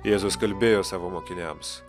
jėzus kalbėjo savo mokiniams